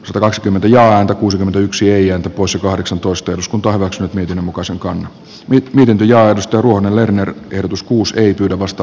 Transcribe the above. satakaksikymmentä ääntä kuusikymmentäyksi eija usa kahdeksantoista eduskunta hyväksynyt miten muka sankan hyppy ja risto ruohonen lerner tiedotuskkuus ei pyydä vasta